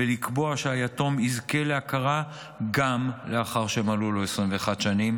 ולקבוע שהיתום יזכה להכרה גם לאחר שמלאו לו 21 שנים,